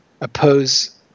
oppose